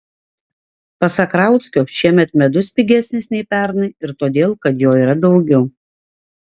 pasak rauckio šiemet medus pigesnis nei pernai ir todėl kad jo yra daugiau